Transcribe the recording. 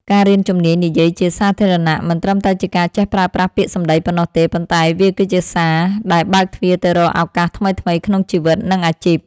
ការរៀនជំនាញនិយាយជាសាធារណៈមិនត្រឹមតែជាការចេះប្រើប្រាស់ពាក្យសម្ដីប៉ុណ្ណោះទេ ប៉ុន្តែវាគឺជាសោរដែលបើកទ្វារទៅរកឱកាសថ្មីៗក្នុងជីវិត និងអាជីព។